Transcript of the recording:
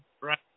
Right